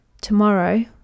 Tomorrow